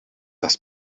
das